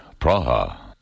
Praha